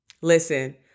Listen